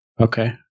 Okay